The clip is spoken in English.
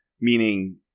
Meaning